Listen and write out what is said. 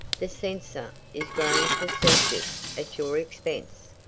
the censor is growing facetious at your expense.